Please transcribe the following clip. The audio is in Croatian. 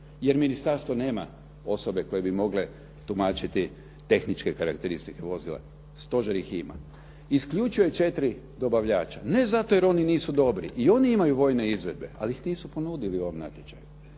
jer ministarstvo nema osobe koje i mogle tumačiti tehničke karakteristike vozila, stožer ih ima. Isključuje četiri dobavljača ne zato jer oni nisu dobri, i oni imaju vojne izvedbe ali ih nisu ponudili u ovom natječaju.